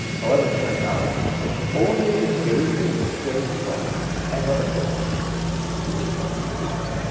however, it turns out that only the basic straight cross ever occurs and here's how you can see this.